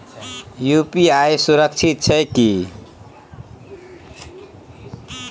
UPI सुरक्षित छै की?